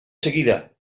seguida